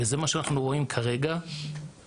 וזה מה שאנחנו רואים כרגע לצערי.